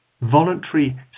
voluntary